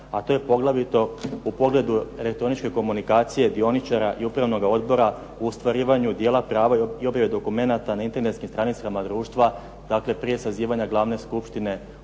a to je poglavito u pogledu elektroničke komunikacije dioničara i upravnoga odbora u ostvarivanju dijela prava i objave dokumenata na internetskim stranicama društva, dakle prije sazivanja glavne skupštine,